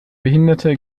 behinderte